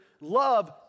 love